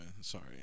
sorry